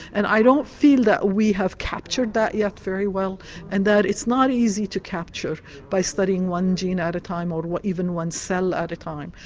and i don't feel that we have captured that yet very well and that it's not easy to capture by studying one gene at a time or even one cell at a time.